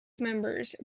members